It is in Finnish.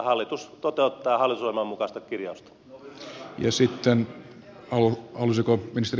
hallitus toteuttaa hallitusohjelman mukaista kirjausta